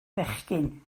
fechgyn